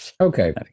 Okay